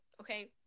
Okay